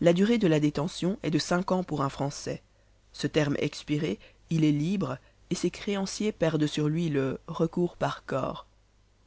la durée de la détention est de cinq ans pour un français ce terme expiré il est libre et ses créanciers perdent sur lui le recours par corps